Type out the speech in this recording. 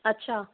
अच्छा